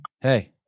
Hey